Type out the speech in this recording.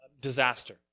disaster